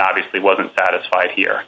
obviously wasn't satisfied here